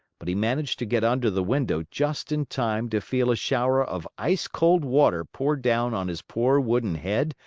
but he managed to get under the window just in time to feel a shower of ice-cold water pour down on his poor wooden head,